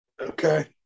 Okay